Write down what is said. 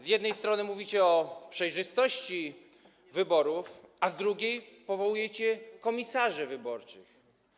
Z jednej strony mówicie o przejrzystości wyborów, a z drugiej powołujecie komisarzy wyborczych.